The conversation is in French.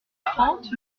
trente